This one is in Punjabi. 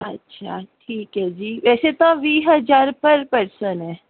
ਅੱਛਾ ਠੀਕ ਐ ਜੀ ਵੈਸੇ ਤਾਂ ਵੀਹ ਹਜ਼ਾਰ ਪਰ ਪਰਸਨ ਐ